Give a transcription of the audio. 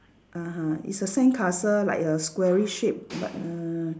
(uh huh) it's a sandcastle like a squarish shape but uh